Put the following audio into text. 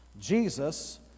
Jesus